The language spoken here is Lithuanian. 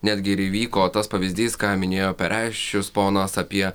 netgi ir įvyko tas pavyzdys ką minėjo pereščius ponas apie